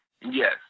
Yes